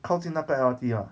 靠近那个 L_R_T ah